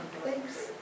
thanks